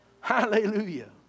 Hallelujah